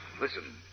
Listen